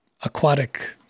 aquatic